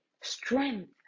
strength